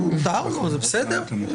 מותר לו, זה בסדר.